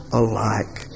alike